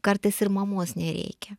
kartais ir mamos nereikia